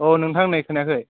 औ नोंथां नै खोनायाखै